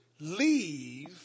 leave